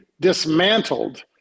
dismantled